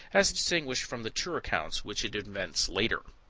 as distinguished from the true accounts which it invents later.